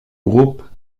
groupe